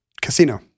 Casino